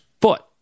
foot